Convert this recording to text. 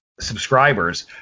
subscribers